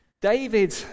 David